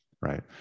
right